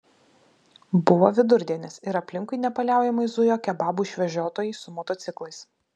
buvo vidurdienis ir aplinkui nepaliaujamai zujo kebabų išvežiotojai su motociklais